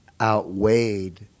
outweighed